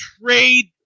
trade